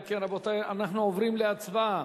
אם כן, רבותי, אנחנו עוברים להצבעה.